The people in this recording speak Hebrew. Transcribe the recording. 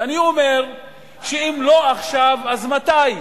ואני אומר שאם לא עכשיו, אז מתי?